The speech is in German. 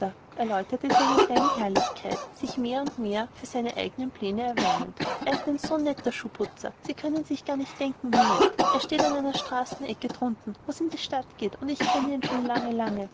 erläuterte seine kleine herrlichkeit sich mehr und mehr für seine eignen plane erwärmend er ist ein so netter schuhputzer sie können sich gar nicht denken wie nett er steht an einer straßenecke drunten wo's in die stadt geht und ich kenne ihn schon lange lange